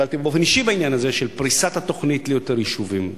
טיפלתי באופן אישי בעניין הזה של פריסת התוכנית ליותר יישובים.